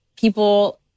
people